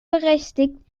berechtigt